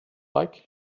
like